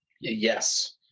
Yes